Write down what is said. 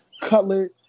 cutlet